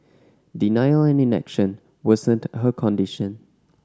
denial and inaction worsened her condition